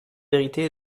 vérités